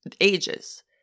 ages